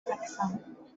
wrecsam